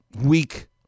week